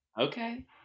Okay